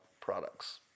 products